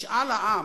משאל העם,